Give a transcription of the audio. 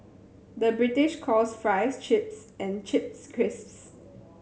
the British calls fries chips and chips crisps